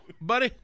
buddy